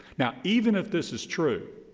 now, even if this is true,